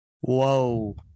Whoa